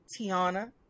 Tiana